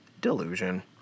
Delusion